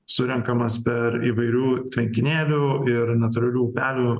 surenkamas per įvairių tvenkinėlių ir natūralių upelių